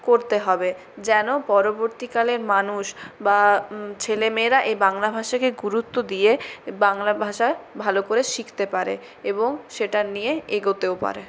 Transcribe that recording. করতে হবে যেন পরবর্তীকালে মানুষ বা ছেলেমেয়েরা এই বাংলা ভাষাকে গুরুত্ব দিয়ে বাংলা ভাষায় ভালো করে শিখতে পারে এবং সেটা নিয়ে এগোতেও পারে